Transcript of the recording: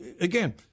Again